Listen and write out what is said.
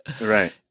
right